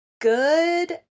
good